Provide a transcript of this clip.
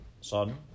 son